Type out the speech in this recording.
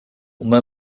uma